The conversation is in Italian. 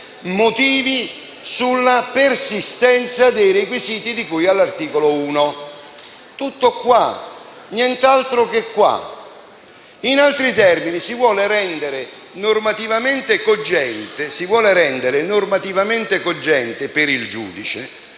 motivi sulla persistenza dei requisiti di cui all'articolo 1. Tutto qua, nient'altro che questo. In altri termini, si vuole rendere normativamente cogente per il giudice